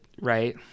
right